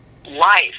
life